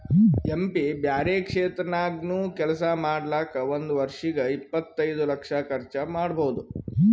M P ಬ್ಯಾರೆ ಕ್ಷೇತ್ರ ನಾಗ್ನು ಕೆಲ್ಸಾ ಮಾಡ್ಲಾಕ್ ಒಂದ್ ವರ್ಷಿಗ್ ಇಪ್ಪತೈದು ಲಕ್ಷ ಕರ್ಚ್ ಮಾಡ್ಬೋದ್